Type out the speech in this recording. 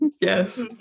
Yes